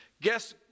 guess